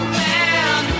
man